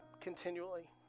continually